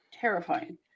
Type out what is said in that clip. terrifying